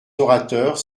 orateurs